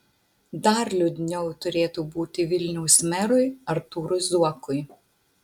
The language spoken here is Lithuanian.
dar liūdniau turėtų būti vilniaus merui artūrui zuokui